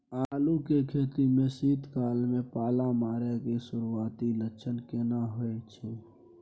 आलू के खेती में शीत काल में पाला मारै के सुरूआती लक्षण केना होय छै?